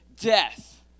death